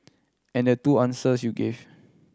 and the two answers you gave